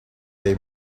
dei